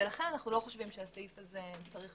ולכן אנחנו חושבים שלא נכון